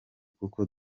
kuko